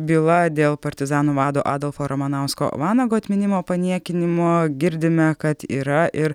byla dėl partizanų vado adolfo ramanausko vanago atminimo paniekinimo girdime kad yra ir